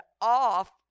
off